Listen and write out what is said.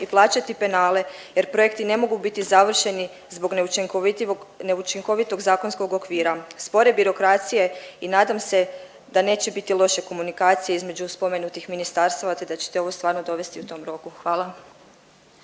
i plaćati penale jer projekti ne mogu biti završeni zbog neučinkovitog zakonskog okvira, spore birokracije i nadam se da neće biti loše komunikacije između spomenutih ministarstva te da ćete ovo stvarno dovesti u tom roku. Hvala.